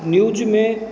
news में